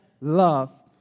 love